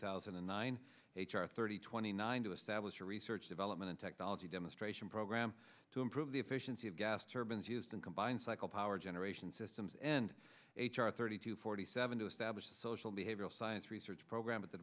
thousand and nine h r thirty twenty nine to establish a research development technology demonstration program to improve the efficiency of gas turbines used in combined cycle power generation systems and h r thirty to forty seven to establish social behavioral science research program at the